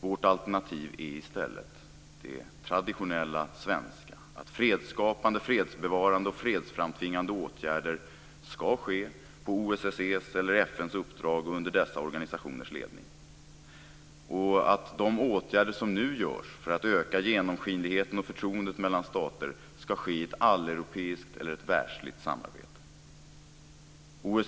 Vårt alternativ är i stället det traditionella svenska, att fredsskapande, fredsbevarande och fredsframtvingande åtgärder skall genomföras på OSSE:s eller FN:s uppdrag och under dessa organisationers ledning och att de åtgärder som nu vidtas för att öka genomskinligheten och förtroendet mellan stater skall ske i ett alleuropeiskt eller ett världsvitt samarbete.